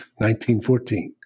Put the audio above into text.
1914